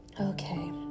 Okay